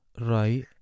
Right